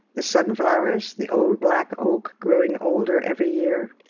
the sunflowers? the old black oak growing older every year?